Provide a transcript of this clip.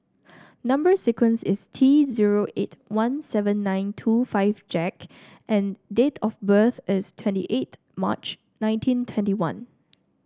number sequence is T zero eight one seven nine two five Jack and date of birth is twenty eighth March nineteen twenty one